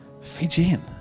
Fijian